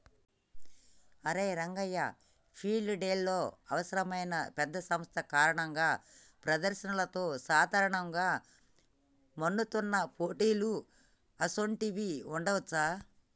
అరే రంగయ్య ఫీల్డ్ డెలో అవసరమైన పెద్ద స్థలం కారణంగా ప్రదర్శనలతో సాధారణంగా మన్నుతున్న పోటీలు అసోంటివి ఉండవచ్చా